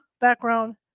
background